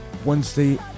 Wednesday